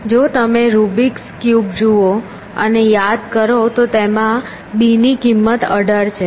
જો તમે Rubik cube જુઓ અને યાદ કરો તો તેમાં b ની કિંમત 18 છે